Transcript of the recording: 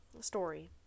story